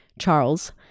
Charles